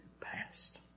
past